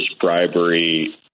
bribery